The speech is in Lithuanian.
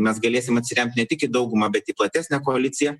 mes galėsim atsiremt ne tik į daugumą bet į platesnę koaliciją